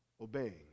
obeying